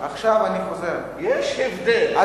יש הבדל.